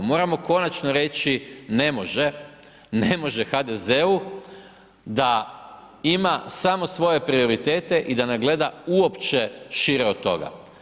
Moramo konačno reći, ne može, ne može HDZ-u, da ima samo svoje prioritete i da ne gleda uopće šire od toga.